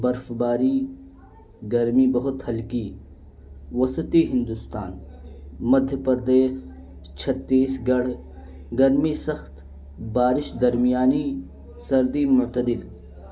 برف باری گرمی بہت ہلکی وستی ہندوستان مدھیہ پردیس چھتیس گڑھ گرمی سخت بارش درمیانی سردی مرتدل